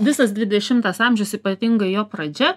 visas dvidešimtas amžius ypatingai jo pradžia